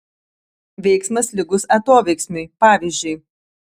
veiksmas lygus atoveiksmiui pavyzdžiui